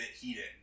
heated